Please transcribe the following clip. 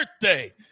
birthday